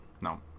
No